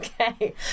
Okay